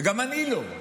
וגם אני לא,